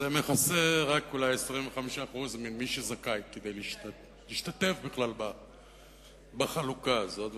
זה מכסה אולי רק 25% ממי שזכאי כדי להשתתף בחלוקה הזאת,